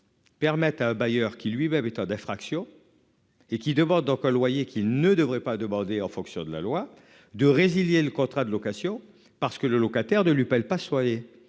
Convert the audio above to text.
Permettent à un bailleur qui lui même état d'infractions. Et qui demande donc un loyer qui ne devrait pas demander en fonction de la loi de résilier le contrat de location parce que le locataire de lui pas soigner